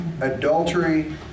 adultery